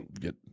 get